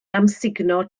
amsugno